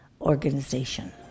organization